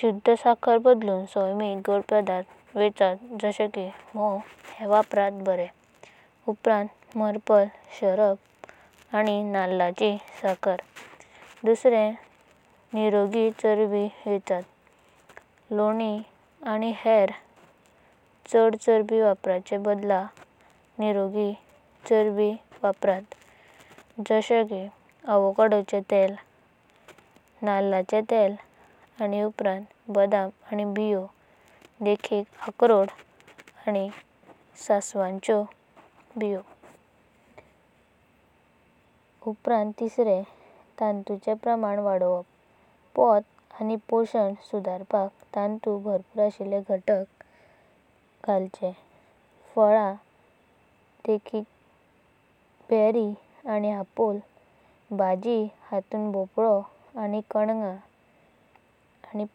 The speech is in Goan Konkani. शुद्ध साकर बदलून सायमिक गोडा पदार्थ वर्परत जशे की म्हव हे वापरत बरे। Maple syrup. आणि नळाची साकर। नीरोगी चरबी वेचात लोणी आणि हेऱ चढ चरबी वापराचे बदल नीरोगी चरबी वापरत जशे की। एवोकाडो तेल। नळाचेम तेल। आणि उपरांत बदाम आणि बियो देखिका अक्रोड, सन्साव बीयो। तंतुचेम प्रमाण वाडवप। पोटा आणि पोषण सुधारपाक तंतु भरपूर अशिल्ले घटक घाळाचें फला बेरी, आपोळा। भाजी भोपलो, कानगा। पुराय कडदाणा ओट्स आणि हेऱ।